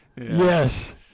Yes